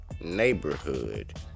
neighborhood